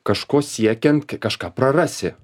kažko siekiant k kažką prarasi